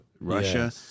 russia